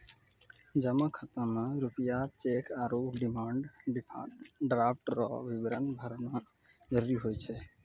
जमा खाता मे रूपया चैक आरू डिमांड ड्राफ्ट रो विवरण भरना जरूरी हुए छै